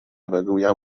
بگویم